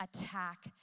attack